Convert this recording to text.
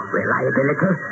reliability